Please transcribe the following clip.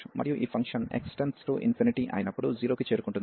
మరియు ఈ ఫంక్షన్ x→∞ఐనప్పుడు 0 కి చేరుకుంటుంది